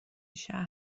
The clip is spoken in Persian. شهر